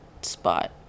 spot